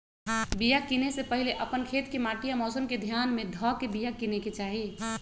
बिया किनेए से पहिले अप्पन खेत के माटि आ मौसम के ध्यान में ध के बिया किनेकेँ चाही